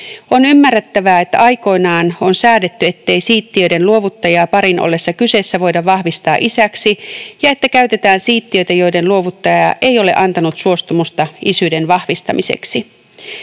On ymmärrettävää, että aikoinaan on säädetty, ettei siittiöiden luovuttajaa parin ollessa kyseessä voida vahvistaa isäksi ja että käytetään siittiöitä, joiden luovuttaja ei ole antanut suostumusta isyyden vahvistamiseksi.